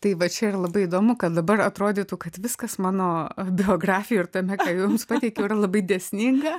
tai va čia ir labai įdomu kad dabar atrodytų kad viskas mano biografija ir tame ką jums pateikiau yra labai dėsninga